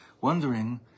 wondering